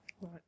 Right